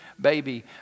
baby